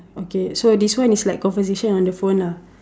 okay so this one is like conversation on the phone lah